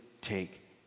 take